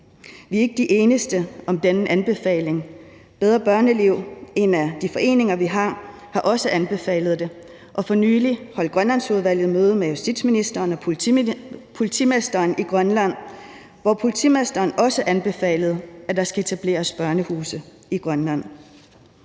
Vi er ikke de eneste om denne anbefaling. Bedre Børneliv – en af de foreninger, vi har – har også anbefalet det, og for nylig holdt Grønlandsudvalget møde med justitsministeren og politimesteren i Grønland, hvor politimesteren også anbefalede, at der skal etableres børnehuse i Grønland.